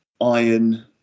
Iron